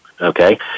Okay